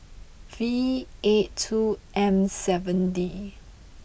V eight two M seven D